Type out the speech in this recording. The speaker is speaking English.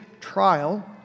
trial